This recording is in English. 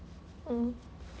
mm